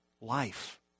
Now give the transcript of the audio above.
Life